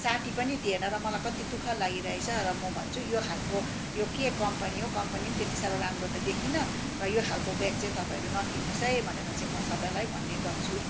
साटी पनि दिएन र मलाई कति दुःख लागिरहेको छ र म भन्छु यो खालको यो के कम्पनी हो कम्पनी त्यति साह्रो राम्रो त देखिनँ यो खालको ब्याग चाहिँ तपाईँहरू नकिन्नुहोस् है भनेर चाहिँ म सबैलाई भन्ने गर्छु